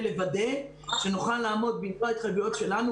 לוודא שנוכל לעמוד במלוא ההתחייבויות שלנו,